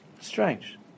Strange